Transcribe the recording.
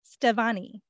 Stevani